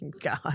god